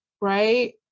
right